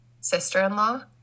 sister-in-law